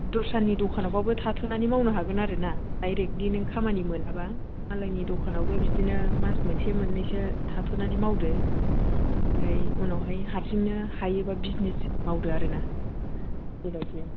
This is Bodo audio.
दसरानि दखानावबाबो थाथ'नानै मावनो हागोन आरो ना डाइरेक्टलि नों खामानि मोनाबा मालायनि दखानआवबो बिदिनो मास मोनसे मोननैसो थाथ'नानै मावदो आमफ्राय उनावहाय हारसिंयै हायोबा बिजनेस मावदो आरो ना बेबायदि